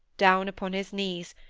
down upon his knees,